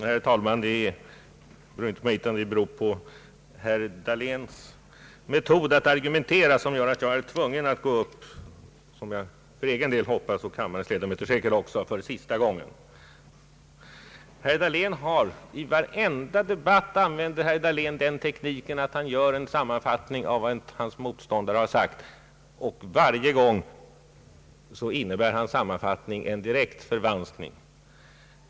Herr talman! Det beror inte på mig utan på herr Dahléns metod att argumentera att jag åter går upp i talarstolen — både för egen del och med tanke på kammarens ledamöter hoppas jag att det skall vara sista gången i den här debatten. I varenda debatt använder herr Dahlén den taktiken att han gör en sam manfattning av vad hans motståndare har sagt, och varje gång innebär hans sammanfattning en direkt förvanskning.